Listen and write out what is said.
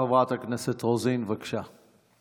חברת הכנסת רוזין, בבקשה.